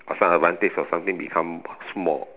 what's the advantage for something become small